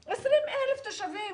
20,000. 20,000 תושבים